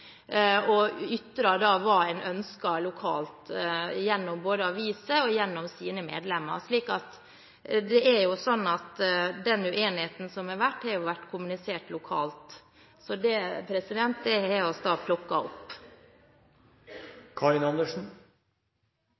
og ytret hva en ønsket lokalt, gjennom aviser og gjennom sine medlemmer, så den uenigheten som har vært, har vært kommunisert lokalt. Det har vi da plukket opp.